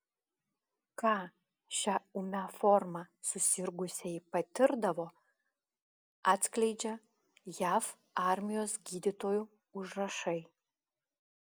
ką šia ūmia forma susirgusieji patirdavo atskleidžia jav armijos gydytojų užrašai